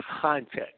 context